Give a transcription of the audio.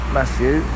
Matthew